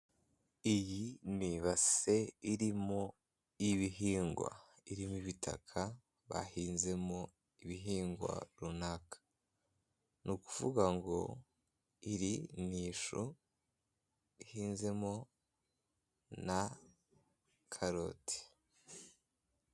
Iyi ni ibase irimo ibihingwa, irimo ibitaka bahinzemo ibihingwa runaka, ni ukuvuga ngo iri ni ishu, ihinzemo na karoti.